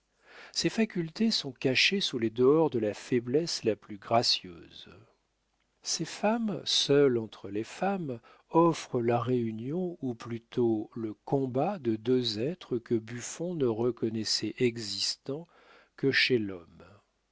ces facultés sont cachées sous les dehors de la faiblesse la plus gracieuse ces femmes seules entre les femmes offrent la réunion ou plutôt le combat de deux êtres que buffon ne reconnaissait existants que chez l'homme